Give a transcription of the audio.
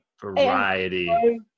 Variety